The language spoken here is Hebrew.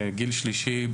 גיל שלישי,